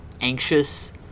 anxious